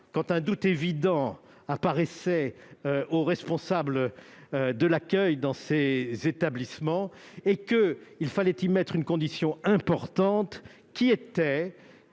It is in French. quand un doute évident apparaissait au responsable de l'accueil dans ces établissements. En outre, il convenait d'y mettre une condition importante, à